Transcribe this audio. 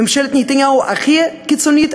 ממשלת נתניהו הכי קיצונית,